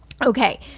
Okay